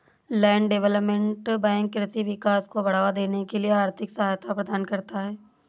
land development bank कृषि विकास को बढ़ावा देने के लिए आर्थिक सहायता प्रदान करता है